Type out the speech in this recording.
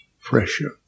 Fresher